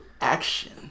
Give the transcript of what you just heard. action